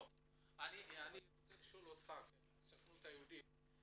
אני רוצה לשאול אותך כנציג הסוכנות היהודית,